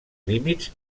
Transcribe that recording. límits